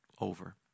over